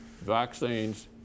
vaccines